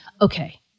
okay